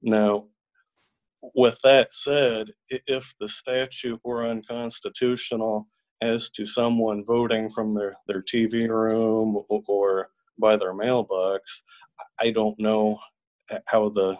with that said if the statue or unconstitutional as to someone voting from their their t v room or by their mail i don't know how the